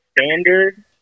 standard